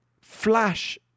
flash